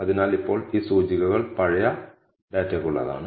അതിനാൽ ഇപ്പോൾ ഈ സൂചികകൾ പഴയ ഡാറ്റയ്ക്കുള്ളതാണ്